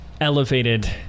elevated